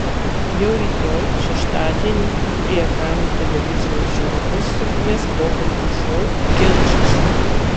jau rytoj šeštadienį prie ekranų televizijos žiūrovus sukvies pokalbių šou ginčas